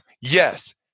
Yes